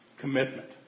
Commitment